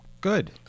good